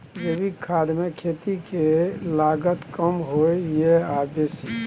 जैविक खाद मे खेती के लागत कम होय ये आ बेसी?